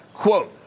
Quote